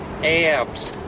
abs